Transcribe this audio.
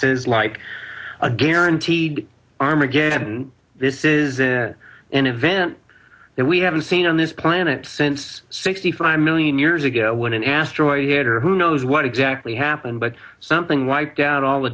is like a guaranteed armageddon this is an event that we haven't seen on this planet since sixty five million years ago when an asteroid hit or who knows what exactly happened but something wiped out all the